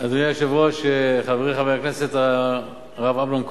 אדוני היושב-ראש, חברי חבר הכנסת הרב אמנון כהן,